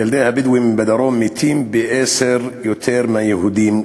ילדי הבדואים בדרום מתים פי-עשרה מהיהודים,